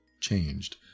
changed